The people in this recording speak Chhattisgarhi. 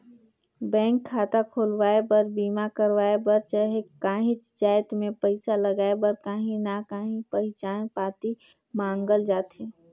बेंक खाता खोलवाए बर, बीमा करवाए बर चहे काहींच जाएत में पइसा लगाए बर काहीं ना काहीं पहिचान पाती मांगल जाथे